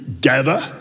gather